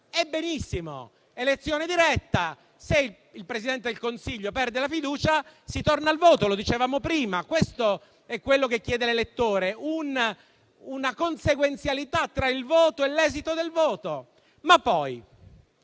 Benissimo. C'è l'elezione diretta, ma se il Presidente del Consiglio perde la fiducia, si torna al voto: lo dicevamo prima e questo è quello che chiede l'elettore, ossia una consequenzialità tra il voto e l'esito del voto.